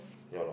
ya lor